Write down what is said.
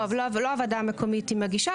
לא הוועדה המקומית היא מגישה.